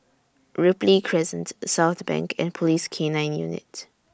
Ripley Crescent Southbank and Police K nine Unit